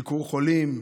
ביקור חולים,